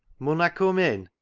mun i cum in?